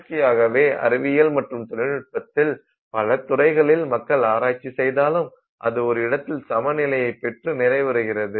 இயற்கையாகவே அறிவியல் மற்றும் தொழில்நுட்பத்தில் பல துறைகளில் மக்கள் ஆராய்ச்சி செய்தாலும் அது ஒரு இடத்தில் சமநிலைப் பெற்று நிறைவுறுகிறது